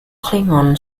klingon